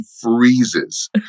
freezes